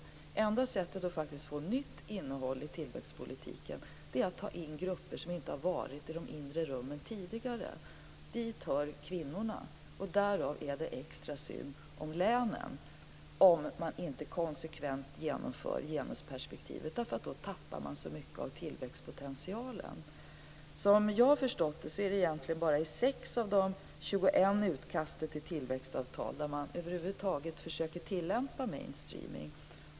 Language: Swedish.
Det enda sättet att faktiskt få nytt innehåll i tillväxtpolitiken är att ta in grupper som inte har varit i de inre rummen tidigare. Dit hör kvinnorna. Det är extra synd om länen om man inte konsekvent genomför genusperspektivet, därför att då tappar man så mycket av tillväxtpotentialen. Som jag har förstått det är det egentligen bara i 6 av de 21 utkasten till tillväxtavtal som man över huvud taget försöker att tillämpa mainstreaming.